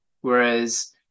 whereas